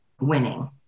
winning